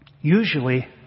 usually